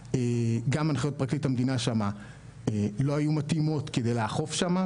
גם הנחיות פרקליט המדינה שם לא היו מתאימות כדי לאכוף שם.